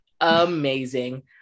amazing